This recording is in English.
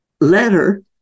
letter